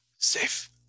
Safe